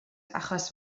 achos